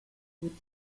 with